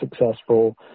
successful